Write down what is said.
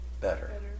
Better